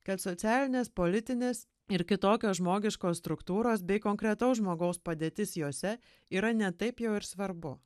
kad socialinės politinės ir kitokios žmogiškos struktūros bei konkretaus žmogaus padėtis jose yra ne taip jau ir svarbu